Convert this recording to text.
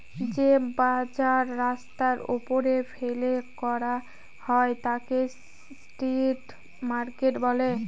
যে বাজার রাস্তার ওপরে ফেলে করা হয় তাকে স্ট্রিট মার্কেট বলে